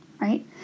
right